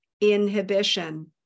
inhibition